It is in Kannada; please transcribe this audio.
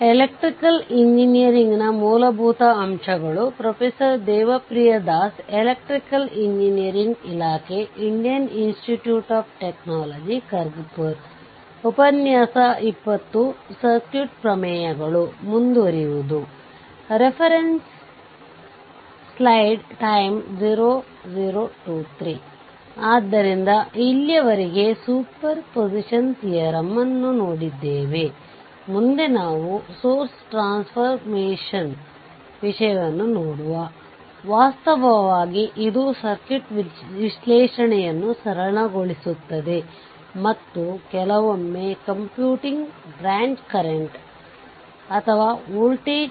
ಥೆವೆನಿನ್ ಪ್ರಮೇಯವುThevenin's theorem ವಾಸ್ತವವಾಗಿ ರೇಖೀಯ 2 ಟರ್ಮಿನಲ್ ಸರ್ಕ್ಯೂಟ್ ಅನ್ನು ಪ್ರತಿರೋಧಕ RTheveninಸರಣಿಯಲ್ಲಿ ವೋಲ್ಟೇಜ್ ಮೂಲ VThevenin ಅನ್ನು ಒಳಗೊಂಡಿರುವ ಸಮಾನ ಸರ್ಕ್ಯೂಟ್ನಿಂದ ಬದಲಾಯಿಸಬಹುದು ಎಂದು ಹೇಳುತ್ತದೆ